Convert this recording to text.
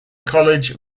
college